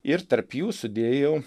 ir tarp jų sudėjau